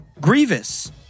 Grievous